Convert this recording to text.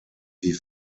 wie